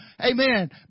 Amen